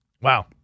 Wow